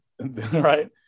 right